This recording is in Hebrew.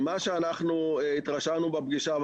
ממה שאנחנו התרשמנו בפגישה,